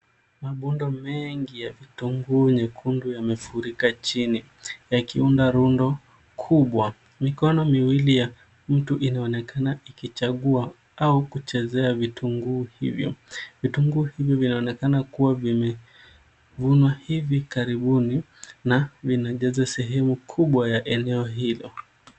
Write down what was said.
Marundo mengi ya vitunguu nyekundu yamefurika chini yakiunda rundo kubwa. Mikono miwili ya mtu inaonekana ikichagua au kuchezea vitunguu hivyo. Vitunguu hivyo vinaonekana kuwa vimevunwa hivi karibuni na vinaenezwa sehemu kubwa ya eneo hilo.